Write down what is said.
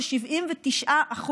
ש-79%